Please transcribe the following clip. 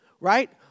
Right